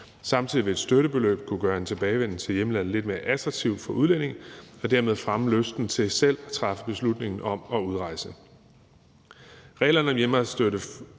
Samtidig vil et støttebeløb kunne gøre en tilbagevenden til hjemlandet lidt mere attraktiv for udlændinge og dermed fremme lysten hos dem til selv at træffe beslutning om at udrejse. Reglerne om hjemrejsestøtte foreslås